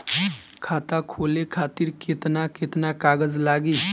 खाता खोले खातिर केतना केतना कागज लागी?